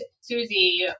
Susie